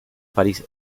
parís